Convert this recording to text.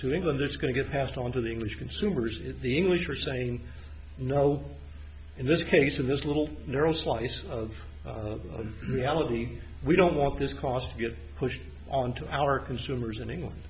to england there's going to get passed on to the english consumers the english are saying no in this case in this little narrow slice of reality we don't want this cost get pushed onto our consumers in england